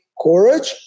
courage